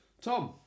Tom